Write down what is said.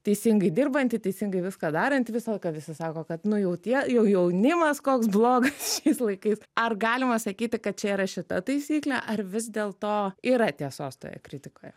teisingai dirbanti teisingai viską daranti visą laiką visi sako kad nu jau tie jau jaunimas koks blogas šiais laikais ar galima sakyti kad čia yra šita taisyklė ar vis dėlto yra tiesos toje kritikoje